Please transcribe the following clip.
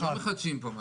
אנחנו לא מחדשים פה משהו.